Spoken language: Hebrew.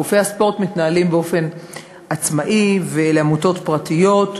גופי הספורט מתנהלים באופן עצמאי ואלה עמותות פרטיות,